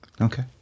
Okay